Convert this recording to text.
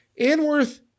Anworth